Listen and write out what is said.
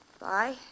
Bye